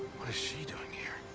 what is she doing here?